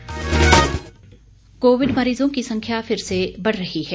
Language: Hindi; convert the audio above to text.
कोविड संदेश कोविड मरीजों की संख्या फिर से बढ़ रही है